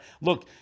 Look